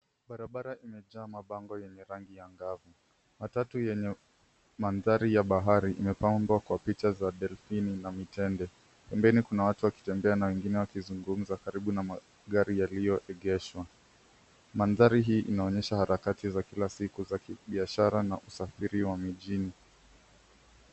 Barabara imejaa mabango yenye rangi angavu. Matatu yenye mandhari ya bahari imepambwa kwa picha za dolphin na mitende. Pembeni kuna watu wakitembea na wengine wakizungumza karibu na magari yaliyoegeshwa. Mandhari hii inaonyesha harakati za kila siku za kibiashara na usafiri wa mijini.